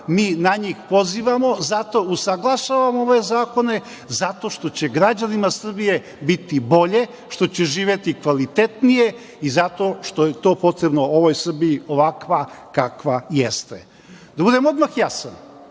na njih pozivamo, zato usaglašavamo ove zakone, jer će građanima Srbije biti bolje, što će živeti kvalitetnije i zato što je to potrebno ovoj Srbiji, ovakva kakva jeste. Da budem odmah jasan,